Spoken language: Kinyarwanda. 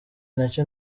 nacyo